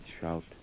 shout